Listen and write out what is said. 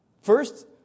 First